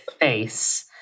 face